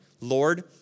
Lord